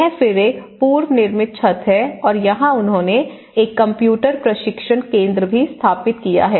यह फिर एक पूर्वनिर्मित छत है और यहां उन्होंने एक कंप्यूटर प्रशिक्षण केंद्र भी स्थापित किया है